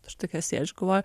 aš tokia sėdžiu galvoju